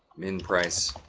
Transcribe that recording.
min price.